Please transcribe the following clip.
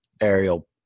aerial